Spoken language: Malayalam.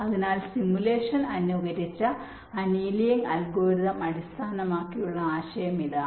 അതിനാൽ സിമുലേഷൻ അനുകരിച്ച അനിയലിംഗ് അൽഗോരിതം അടിസ്ഥാനമാക്കിയുള്ള ആശയം ഇതാണ്